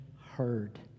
Heard